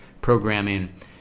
programming